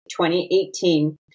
2018